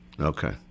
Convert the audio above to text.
Okay